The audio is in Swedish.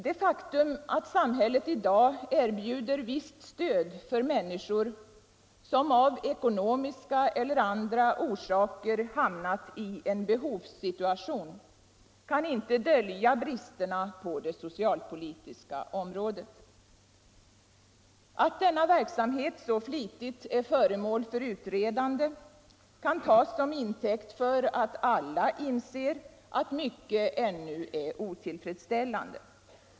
Det faktum att samhället i dag erbjuder visst stöd för människor som av ekonomiska eller andra orsaker hamnat i en behovssituation kan inte dölja bristerna på det socialpolitiska området. Att denna verksamhet så flitigt är föremål för utredande kan tas som intäkt för att alla inser att mycket ännu är otillfredsställande.